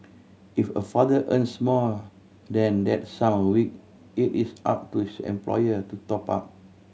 if a father earns more than that sum a week it is up to his employer to top up